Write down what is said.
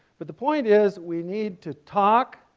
but the point is we need to talk,